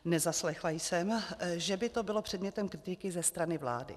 Nezaslechla jsem, že by to bylo předmětem kritiky ze strany vlády.